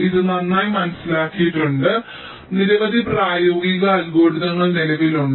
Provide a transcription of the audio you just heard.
ഇത് നന്നായി മനസ്സിലാക്കിയിട്ടുണ്ട് നിരവധി പ്രായോഗിക അൽഗോരിതങ്ങൾ നിലവിലുണ്ട്